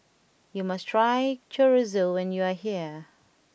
you must try Chorizo when you are here